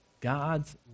God's